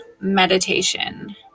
meditation